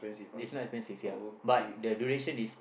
it's not expensive ya but the duration is